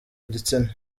igitsina